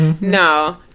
No